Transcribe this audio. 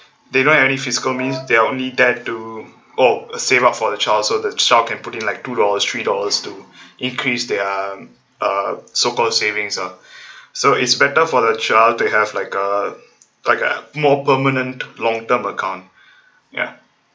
they don't have any fiscal means they are only there to oh save up for the child so the child can put in like two dollars three dollars to increase their uh so called savings uh so it's better for their child to have like a like a more permanent long term account ya